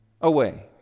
away